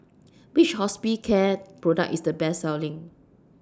Which Hospicare Product IS The Best Selling